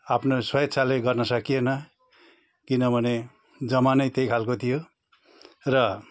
आफ्नो स्वेच्छाले गर्न सकिएन किनभने जमानै त्यही खाले थियो र